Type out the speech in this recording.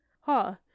Ha